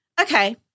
Okay